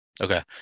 Okay